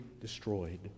destroyed